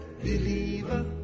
believer